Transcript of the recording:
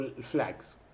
flags